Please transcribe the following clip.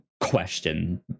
question